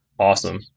awesome